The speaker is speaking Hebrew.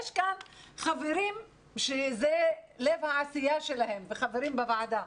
יש כאן חברים שזה לב העשייה שלהם, וחברים בוועדה.